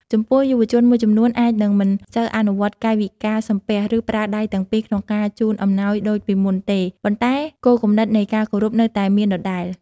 ចំពោះ យុវជនមួយចំនួនអាចនឹងមិនសូវអនុវត្តន៍កាយវិការសំពះ ឬប្រើដៃទាំងពីរក្នុងការជូនអំណោយដូចពីមុនទេ ប៉ុន្តែគោលគំនិតនៃការគោរពនៅតែមានដដែល។